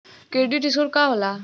Credit score का होला?